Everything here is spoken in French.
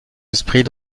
esprit